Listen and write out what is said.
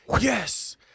yes